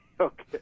okay